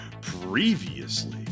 Previously